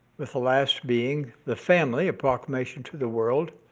with the last being the family a proclamation to the world,